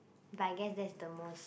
but I guess that's the most